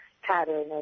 pattern